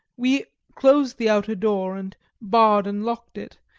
we closed the outer door and barred and locked it,